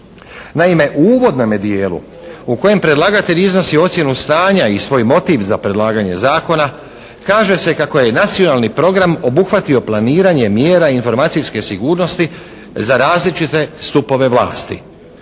Naime, u uvodnome dijelu u kojem predlagatelj iznosi ocjenu stanja i svoj motiv za predlagatelja zakona kaže se kako je nacionalni program obuhvatio planiranje mjera informacijske sigurnosti za različite stupove vlasti,